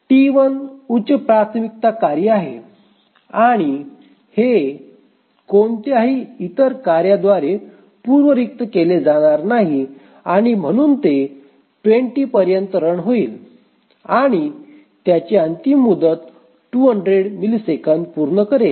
T 1 उच्च प्राथमिकता कार्य आहे आणि हे कोणत्याही इतर कार्याद्वारे पूर्व रिक्त केले जाणार नाही आणि म्हणून ते २० पर्यंत रन होईल आणि त्याची अंतिम मुदत २०० मिलिसेकंद पूर्ण करेल